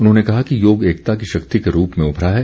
उन्होंने कहा कि योग एकता की शक्ति के रूप में उमरा है